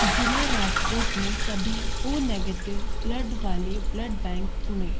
जिला राजकोट में सभी ओ नेगेटिव ब्लड वाले ब्लड बैंक चुनें